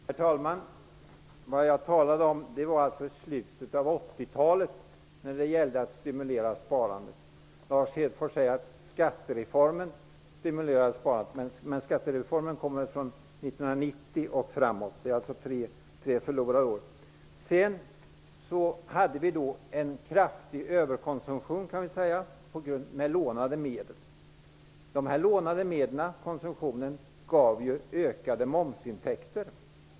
Herr talman! Vad jag talade om var alltså att sparandet borde ha stimulerats i slutet av 80-talet. Lars Hedfors sade att skattereformen stimulerade sparandet, men det var ju 1990 och senare. Det gick alltså tre förlorade år. Sedan skedde det en kraftig överkonsumtion med lånade medel. Detta gav ökade momsintäkter.